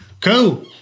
cool